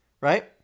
Right